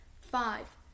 five